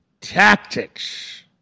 tactics